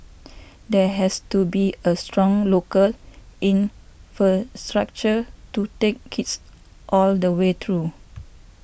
there has to be a strong local infrastructure to take kids all the way through